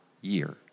year